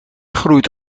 groeit